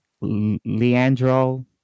Leandro